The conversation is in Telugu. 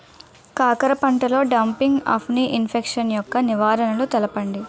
కాకర పంటలో డంపింగ్ఆఫ్ని ఇన్ఫెక్షన్ యెక్క నివారణలు తెలపండి?